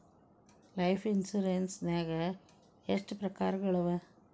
Life insurance ನ್ಯಾಗ ಎಷ್ಟ್ ಪ್ರಕಾರ್ಗಳವ?